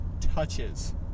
touches